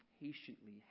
patiently